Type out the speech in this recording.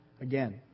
again